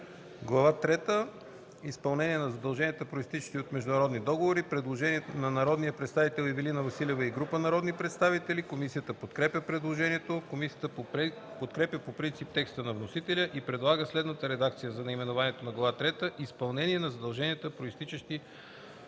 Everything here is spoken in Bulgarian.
трета – Изпълнение на задълженията, произтичащи от международни договори” – предложение на народния представител Ивелина Василева и група народни представители. Комисията подкрепя предложението. Комисията подкрепя по принцип текста на вносителя и предлага следната редакция за наименованието на: „Глава трета – Изпълнение на задълженията, произтичащи